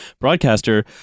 broadcaster